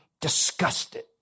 disgusted